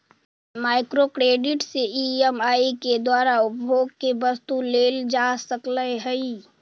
micro credit से EMI के द्वारा उपभोग के वस्तु लेल जा सकऽ हई